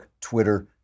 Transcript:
Twitter